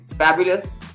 fabulous